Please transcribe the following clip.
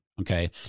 okay